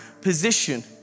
position